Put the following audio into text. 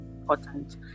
important